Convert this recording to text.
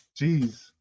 Jeez